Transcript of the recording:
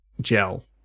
gel